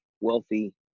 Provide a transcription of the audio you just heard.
wealthy